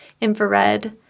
infrared